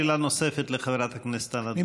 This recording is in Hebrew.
שאלה נוספת לחברת הכנסת ענת ברקו.